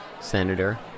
Senator